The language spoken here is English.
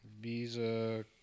Visa